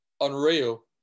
unreal